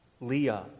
Leah